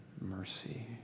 mercy